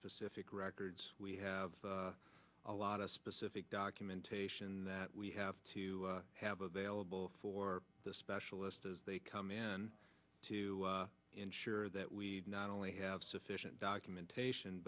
specific records we have a lot of specific documentation that we have to have available for the specialist as they come in to ensure that we not only have sufficient documentation